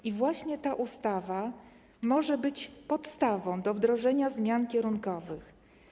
I właśnie ta ustawa może być podstawą do wdrożenia zmian kierunkowych.